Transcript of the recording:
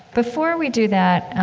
before we do that,